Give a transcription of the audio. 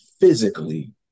physically